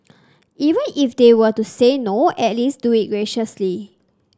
even if they were to say no at least do it graciously